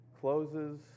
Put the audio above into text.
closes